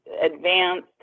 advanced